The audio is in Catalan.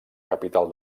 capital